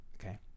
okay